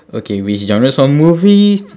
okay which genres of movies